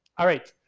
alright,